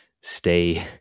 stay